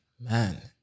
Man